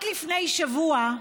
רק לפני שבוע,